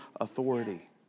authority